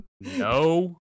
No